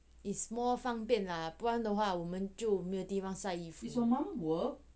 is more 方便啦不然的话我们就没有地方晒衣服